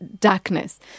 darkness